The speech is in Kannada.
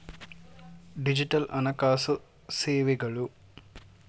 ಡಿಜಿಟಲ್ ಹಣಕಾಸು ಸೇವೆಗಳು